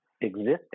existing